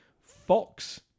Fox